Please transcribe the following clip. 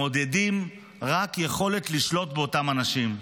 מעודדים רק יכולת לשלוט באותם אנשים.